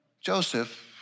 Joseph